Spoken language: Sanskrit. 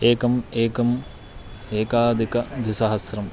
एकम् एकम् एकाधिकद्विसहस्रम्